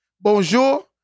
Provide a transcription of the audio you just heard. bonjour